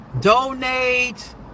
donate